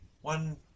One